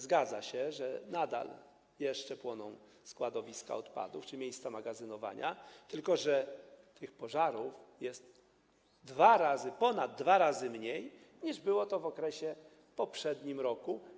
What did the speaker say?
Zgadza się, że nadal jeszcze płoną składowiska odpadów czy miejsca magazynowania, tylko że tych pożarów jest ponad dwa razy mniej, niż było ich w takim okresie w poprzednim roku.